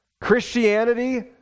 Christianity